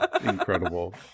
Incredible